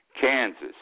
Kansas